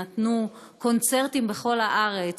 והם נתנו קונצרטים בכל הארץ.